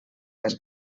més